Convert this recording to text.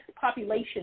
population